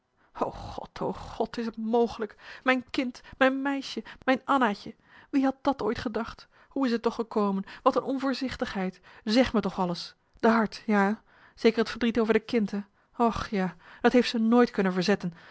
god o god is t mogelijk mijn kind mijn meisje mijn annaatje wie had dat ooit gedacht hoe is t toch gekomen wat een onvoorzichtigheid zeg me toch alles d'r hart ja hè zeker het verdriet over d'r kind hè och ja dat heeft ze nooit kunnen verzetten